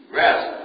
rest